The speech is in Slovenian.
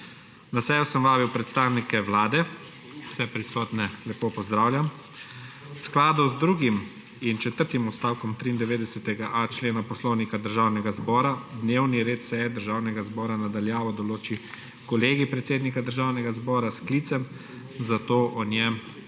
Na sejo sem vabil predstavnike Vlade. Vse prisotne lepo pozdravljam. **V skladu z drugim in četrtim odstavkom 93.a člena Poslovnika Državnega zbora dnevni red seje Državnega zbora na daljavo določi Kolegij predsednika Državnega zbora s sklicem**, zato o njem